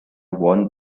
worn